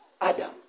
Adam